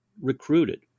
recruited